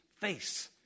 face